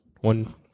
one